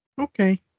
okay